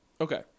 Okay